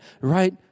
Right